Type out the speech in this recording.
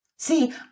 See